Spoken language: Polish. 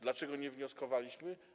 Dlaczego nie wnioskowaliśmy?